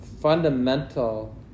fundamental